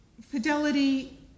fidelity